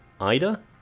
Ida